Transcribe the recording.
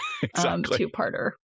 two-parter